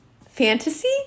Fantasy